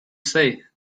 say